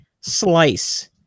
slice